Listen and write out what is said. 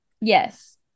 Yes